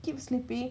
keep sleeping